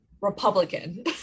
Republican